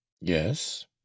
yes